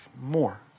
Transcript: more